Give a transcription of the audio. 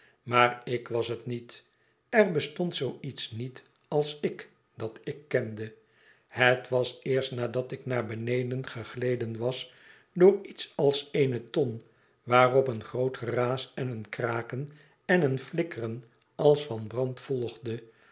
maar ik was het niet er bestond zoo iets niet als ik dat ik kende het was eerst nadat ik naar beneden gegleden was door iets als eene ton waarop een groot geraas en een kraken en een flikkeren als van brand volgde